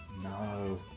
No